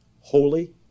holy